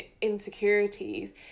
insecurities